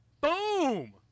Boom